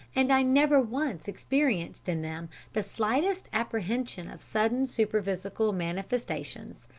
and i never once experienced in them the slightest apprehension of sudden superphysical manifestations,